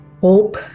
hope